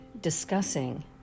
discussing